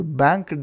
bank